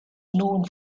known